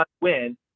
win